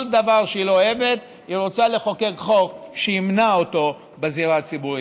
כל דבר שהיא לא אוהבת היא רוצה לחוקק חוק שימנע אותו בזירה הציבורית.